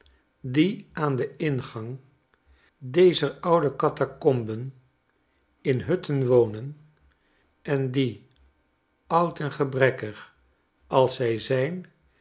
die aan den ingang dezer oude catacomben in hutten wonen en die oud en gebrekkig als zij zijn